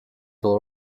all